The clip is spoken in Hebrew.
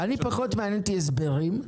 פחות מעניינים אותי הסברים.